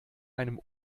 einem